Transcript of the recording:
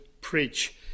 preach